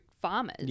farmers